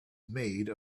made